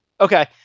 okay